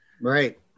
Right